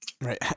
Right